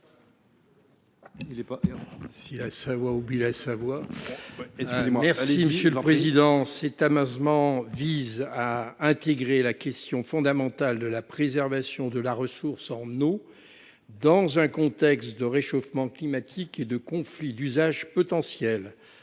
M. Gilbert Luc Devinaz. Cet amendement vise à intégrer la question fondamentale de la préservation de la ressource en eau dans un contexte de réchauffement climatique et de conflits d’usage potentiels.